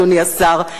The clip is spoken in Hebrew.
אדוני השר,